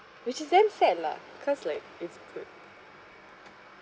which is damn sad lah cause like it's good